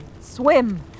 swim